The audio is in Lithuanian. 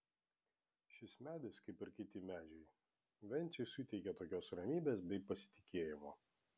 šis medis kaip ir kiti medžiai venciui suteikia tokios ramybės bei pasitikėjimo